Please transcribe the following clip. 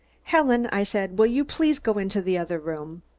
helen, i said, will you please go into the other room?